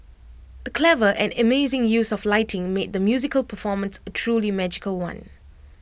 the clever and amazing use of lighting made the musical performance A truly magical one